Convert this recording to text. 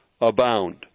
abound